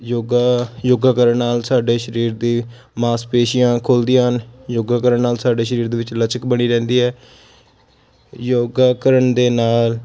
ਯੋਗਾ ਯੋਗਾ ਕਰਨ ਨਾਲ ਸਾਡੇ ਸਰੀਰ ਦੀ ਮਾਸਪੇਸ਼ੀਆਂ ਖੁੱਲ੍ਹਦੀਆਂ ਹਨ ਯੋਗਾ ਕਰਨ ਨਾਲ ਸਾਡੇ ਸਰੀਰ ਦੇ ਵਿੱਚ ਲਚਕ ਬਣੀ ਰਹਿੰਦੀ ਹੈ ਯੋਗਾ ਕਰਨ ਦੇ ਨਾਲ